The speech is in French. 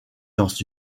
dans